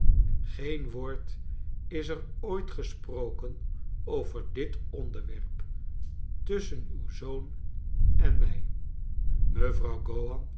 geen woord is er ooit gesproken over dit onderwerp tusschen uw zoon en mij mevrouw